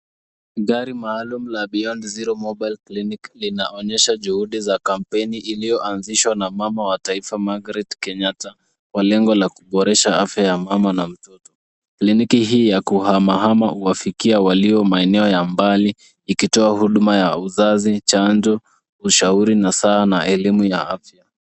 Gari maalum la Beyond Zero Mobile Clinic linaonyesha juhudi za kampeni iliyoanzishwa na mama wa taifa Margaret Kenyatta kwa lengo la kuboresha afya ya mama na mtoto. Kliniki hii ya kuhamahama huwafikia walio maeneo ya mbali ikitoa huduma ya uzazi, chanjo, ushauri, nasaha na elimu ya afya.